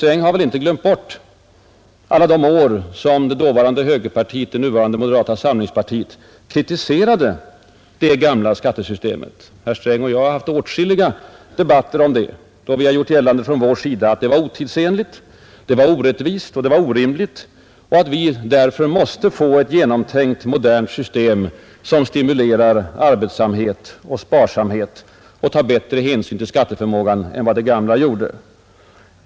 Han har väl inte glömt bort alla de år när det dåvarande högerpartiet — det nuvarande moderata samlingspartiet — kritiserade det gamla skattesystemet. Finansminister Sträng och jag har fört åtskilliga debatter om det. Från vår sida har gjorts gällande att det var otidsenligt, orättvist och orimligt och att vi därför måste få ett helt nytt system som stimulerar arbetsamhet och sparsamhet samt tar bättre hänsyn till skatteförmågan än vad det förutvarande gjorde.